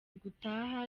gutaha